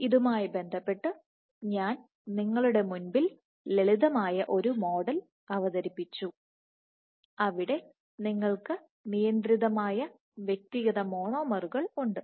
ഇതുമായി ബന്ധപ്പെട്ട് ഞാൻ നിങ്ങൾക്ക് മുന്നിൽ ലളിതമായ ഒരു മോഡൽ അവതരിപ്പിച്ചു അവിടെ നിങ്ങൾക്ക് നിയന്ത്രിതമായ വ്യക്തിഗത മോണോമറുകൾ ഉണ്ട്